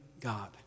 God